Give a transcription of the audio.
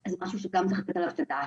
זה משהו שצריך לתת עליו את הדעת.